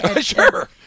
Sure